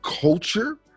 culture